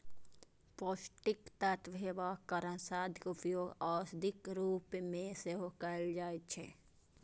पौष्टिक तत्व हेबाक कारण शहदक उपयोग औषधिक रूप मे सेहो कैल जाइ छै